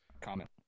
comment